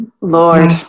Lord